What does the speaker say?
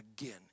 again